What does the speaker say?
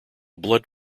blood